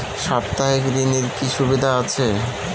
সাপ্তাহিক ঋণের কি সুবিধা আছে?